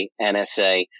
NSA